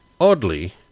Oddly